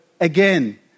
again